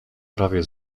prawie